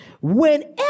whenever